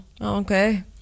okay